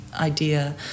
idea